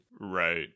Right